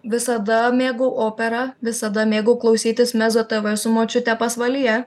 visada mėgau operą visada mėgau klausytis mezo tv su močiute pasvalyje